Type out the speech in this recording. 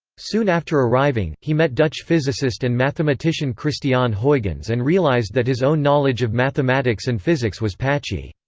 soon after arriving, he met dutch physicist and mathematician christiaan huygens and realised that his own knowledge of mathematics and physics was patchy.